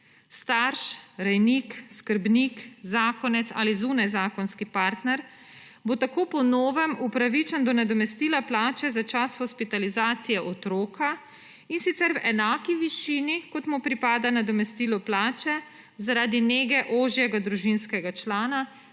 Starš, rejnik, skrbnik, zakonec ali zunajzakonski partner bo tako po novem upravičen do nadomestila plače za čas hospitalizacije otroka, in sicer v enaki višini kot mu pripada nadomestilo plače zaradi nege ožjega družinskega člana,